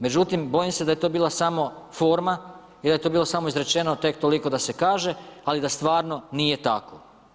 Međutim, bojim se da je to bila samo forma i da je to bilo samo izrečeno tek toliko da se kaže, ali da stvarno nije tako.